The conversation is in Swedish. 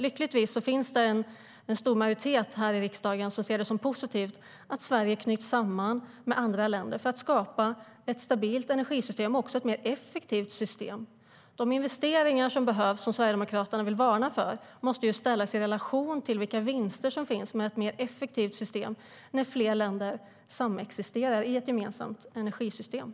Lyckligtvis finns det en stor majoritet i riksdagen som ser det som positivt att Sverige knyts samman med andra länder för att på så sätt skapa ett stabilt och mer effektivt energisystem. De investeringar som behövs och som Sverigedemokraterna vill varna för måste sättas i relation till vilka vinster som finns med ett effektivare system, där fler länder samexisterar i ett gemensamt energisystem.